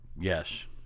Yes